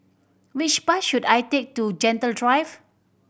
which bus should I take to Gentle Drive